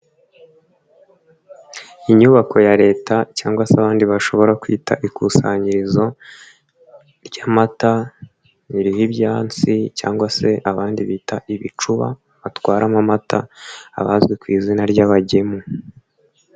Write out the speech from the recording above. Inyubako ya leta cyangwa se abandi bashobora kwita ikusanyirizo ry'amata ririho ibyansi cyangwa se abandi bita ibicuba batwaramo amata abazwi ku izina ry'abagemu.